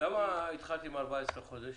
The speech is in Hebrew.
למה התחלת עם 14 חודשים?